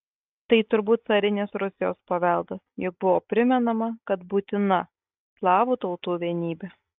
tai turbūt carinės rusijos paveldas juk buvo primenama kad būtina slavų tautų vienybė